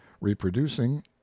reproducing